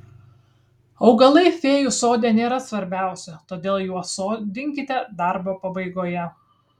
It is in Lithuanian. augalai fėjų sode nėra svarbiausi todėl juos sodinkite darbo pabaigoje